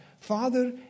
Father